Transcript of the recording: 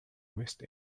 west